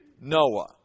Noah